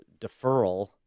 deferral